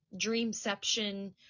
dreamception